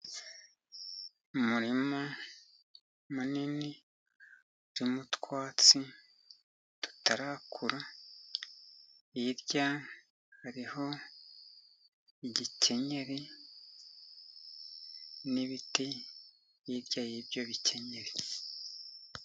Umurima munini, ufitemo utwatsi tutarakura. Hirya, hariho igikenyeri n'ibiti, hirya y'ibyo bikenyeri.